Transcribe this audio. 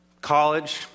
College